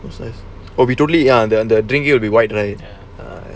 process will be totally I think their drink will be quite nice